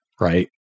right